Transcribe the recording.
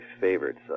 favorites